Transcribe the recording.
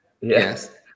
Yes